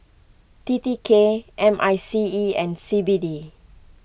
T T K M I C E and C B D